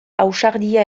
ausardia